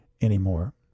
anymore